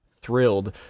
thrilled